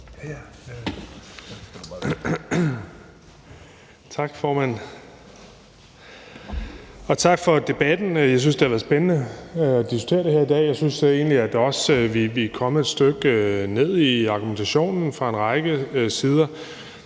Tak, formand. Og tak for debatten. Jeg synes, det har været spændende at diskutere det her i dag, og jeg synes da egentlig også, at vi er kommet et stykke ned i argumentationen fra en række sider.